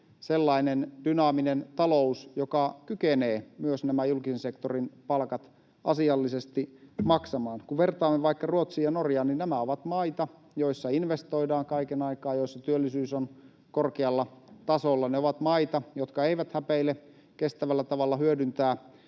sellainen dynaaminen talous, joka kykenee myös asiallisesti maksamaan nämä julkisen sektorin palkat. Kun vertaan vaikka Ruotsiin ja Norjaan, niin nämä ovat maita, joissa investoidaan kaiken aikaa, joissa työllisyys on korkealla tasolla. Ne ovat maita, jotka eivät häpeile hyödyntää